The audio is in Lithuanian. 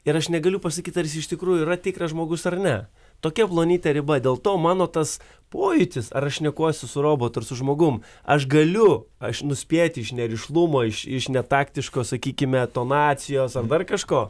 ir aš negaliu pasakyt ar jis iš tikrųjų yra tikras žmogus ar ne tokia plonytė riba dėl to mano tas pojūtis ar aš šnekuosi su robotu ar su žmogum aš galiu aš nuspėti iš nerišlumo iš iš netaktiškos sakykime tonacijos ar dar kažko